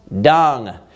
dung